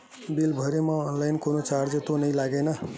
Bill भरे मा online कोनो चार्ज तो नई लागे ना?